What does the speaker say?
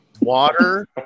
Water